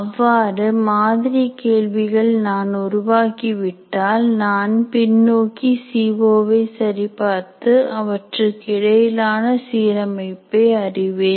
அவ்வாறு மாதிரி கேள்விகள் நான் உருவாக்கிவிட்டால் நான் பின்னோக்கி சிஓ வை சரிபார்த்து அவற்றுக்கு இடையிலான சீரமைப்பை அறிவேன்